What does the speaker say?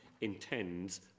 intends